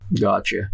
gotcha